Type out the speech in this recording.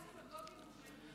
זה נשמע דמגוגיה מוחלטת.